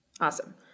Awesome